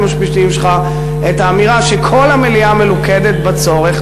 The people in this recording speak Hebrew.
המשפטיים שלך את האמירה שכל המליאה מלוכדת בצורך,